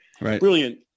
Brilliant